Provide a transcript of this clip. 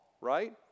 right